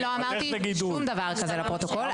אני לא אמרתי שום דבר כזה לפרוטוקול.